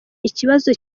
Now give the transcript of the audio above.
ikibazo